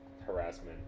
harassment